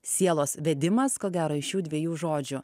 sielos vedimas ko gero iš šių dviejų žodžių